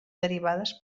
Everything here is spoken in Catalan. derivades